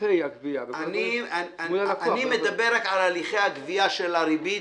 אני מדבר רק על הליכי הגבייה של הריבית,